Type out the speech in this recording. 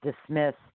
dismissed